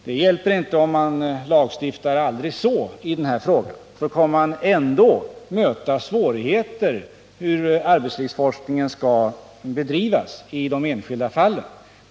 Det hjälper inte om man lagstiftar aldrig så mycket i denna fråga — man kommer ändå att möta svårigheter när det gäller hur arbetslivsforskningen skall bedrivas i de enskilda fallen.